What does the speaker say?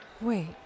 Wait